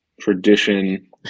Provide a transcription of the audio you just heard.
tradition